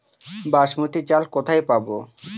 বাসমতী চাল কোথায় পাবো?